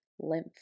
lymph